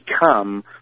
become